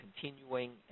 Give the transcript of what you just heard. continuing